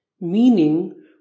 meaning